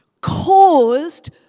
caused